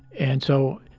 and so,